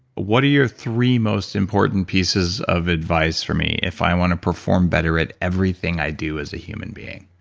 what are your three most important pieces of advice for me if i want to perform better at everything i do as a human being?